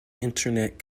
internet